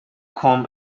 com